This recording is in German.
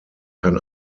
kann